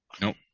Nope